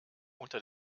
unter